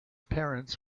parents